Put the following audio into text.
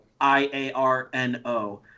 I-A-R-N-O